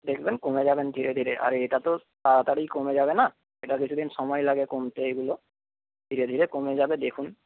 দেখবেন কমে যাবে ধীরে ধীরে আর এটা তো তাড়াতাড়ি কমে যাবে না এটা কিছুদিন সময় লাগে কমতে এগুলো ধীরে ধীরে কমে যাবে দেখুন